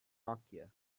nokia